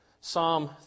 Psalm